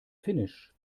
finnisch